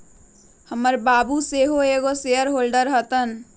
हमर बाबू सेहो एगो शेयर होल्डर हतन